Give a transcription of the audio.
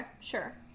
Sure